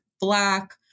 Black